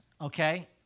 okay